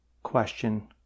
question